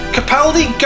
Capaldi